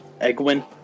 Egwin